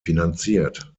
finanziert